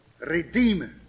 Redeemer